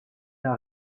n’a